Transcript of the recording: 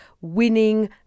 Winning